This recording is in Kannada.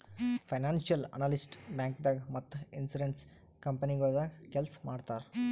ಫೈನಾನ್ಸಿಯಲ್ ಅನಲಿಸ್ಟ್ ಬ್ಯಾಂಕ್ದಾಗ್ ಮತ್ತ್ ಇನ್ಶೂರೆನ್ಸ್ ಕಂಪನಿಗೊಳ್ದಾಗ ಕೆಲ್ಸ್ ಮಾಡ್ತರ್